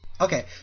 Okay